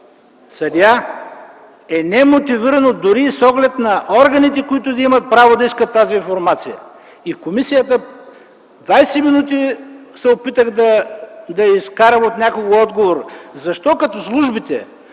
съдия, е немотивирано дори с оглед на органите, които да имат право да искат тази информация. И в комисията двадесет минути се опитах на получа от някого отговор защо като службите,